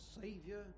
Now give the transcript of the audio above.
savior